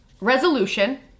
resolution